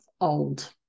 old